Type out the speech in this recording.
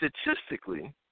statistically